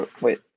Wait